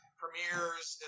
premieres